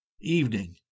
Evening